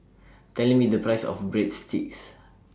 Tell Me The Price of Breadsticks